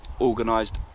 organised